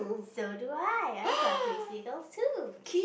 so do I I've got three seagulls too